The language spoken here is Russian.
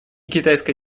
китайская